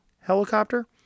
helicopter